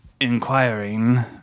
inquiring